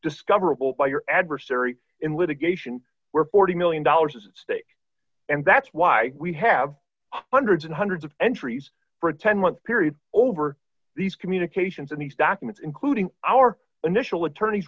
discoverable by your adversary in litigation where forty million dollars is stake and that's why we have hundreds and hundreds of entries for a ten month period over these communications in these documents including our initial attorneys